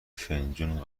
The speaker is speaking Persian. فنجون